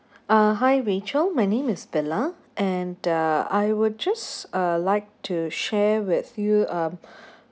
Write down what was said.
uh hi rachel my name is vila and uh I would just uh like to share with you um